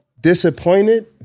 disappointed